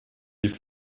die